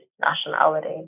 nationality